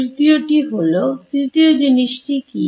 তৃতীয় টি হল তৃতীয় জিনিসটি কি